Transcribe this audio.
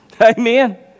Amen